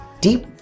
Deep